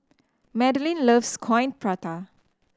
Madelyn loves Coin Prata